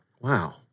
Wow